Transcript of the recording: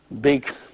big